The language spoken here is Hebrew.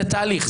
זה תהליך,